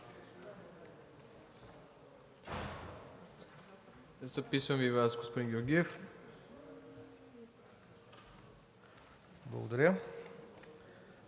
Благодаря.